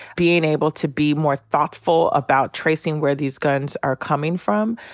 being able to be more thoughtful about tracing where these guns are coming from.